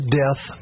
death